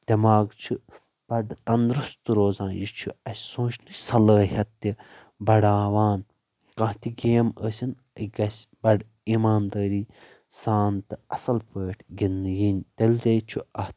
دیٚماغ چھُ بڑٕ تندرُستہٕ روزان یہِ چھُ اسہِ سونٛچنٕچ صلٲیتھ تہِ بڑاوان کانہہ تہِ گیم ٲسِنۍ یہِ گژھِ بڑٕ ایٖمان دٲری سان تہٕ اصل پٲٹھۍ گندٕنہٕ یِنۍ تیٚلہِ تے چھُ اتھ